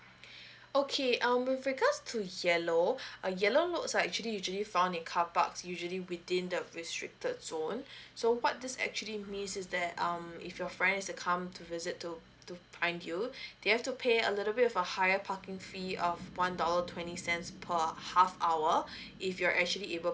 okay um with regards to yellow uh yellow lots are usually found in carparks usually within the restricted zone so what this actually means is that um if your friends were to come to visit to to find you they have to pay a little bit of a higher parking fee of one dollar twenty cents per half hour if you're actually able